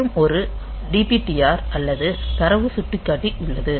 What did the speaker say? மற்றும் ஒரு DPTR அல்லது தரவு சுட்டிக்காட்டி உள்ளது